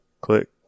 Click